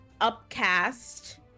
upcast